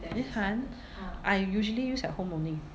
this [one] I usually use at home only